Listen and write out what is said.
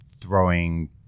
throwing